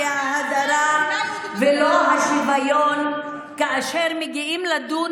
גוטליב, לאפשר לה לסיים את הדברים.